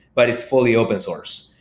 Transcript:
but it's fully open source.